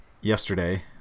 yesterday